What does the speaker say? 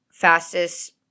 Fastest